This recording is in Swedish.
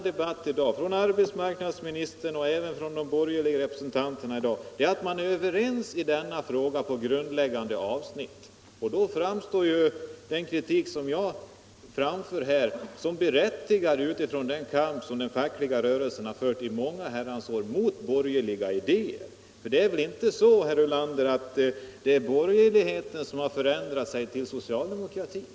från de borgerliga representanterna — är att man är överens i denna fråga i grundläggande avsnitt. Då framstår den kritik som jag här framför som berättigad utifrån den kamp som den fackliga rörelsen har fört i många herrans år mot borgerliga idéer. För det är väl inte så, herr Ulander, att det är borgerligheten som har förändrat sig i riktning mot socialdemokratin?